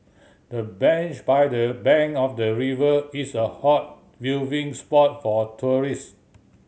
the bench by the bank of the river is a hot viewing spot for tourist